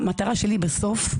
המטרה שלי בסוף,